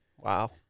Wow